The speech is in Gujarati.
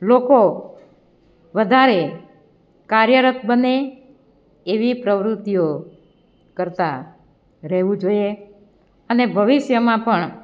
લોકો વધારે કાર્યરત બને એવી પ્રવૃત્તિઓ કરતાં રહેવું જોઈએ અને ભવિષ્યમાં પણ